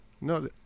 No